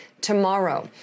tomorrow